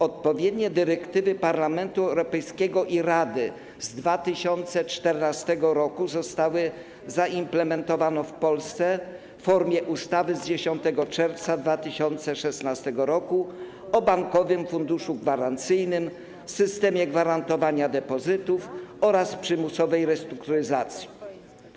Odpowiednie dyrektywy Parlamentu Europejskiego i Rady z 2014 r. zostały zaimplementowane w Polsce w formie ustawy z 10 czerwca 2016 r. o Bankowym Funduszu Gwarancyjnym, systemie gwarantowania depozytów oraz przymusowej restrukturyzacji.